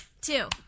two